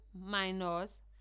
minus